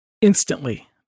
Instantly